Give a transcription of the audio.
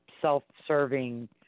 self-serving